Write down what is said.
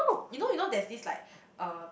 you know you know there's this like uh